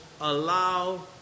allow